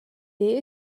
era